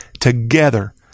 together